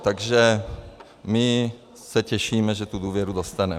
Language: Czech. Takže my se těšíme, že tu důvěru dostaneme.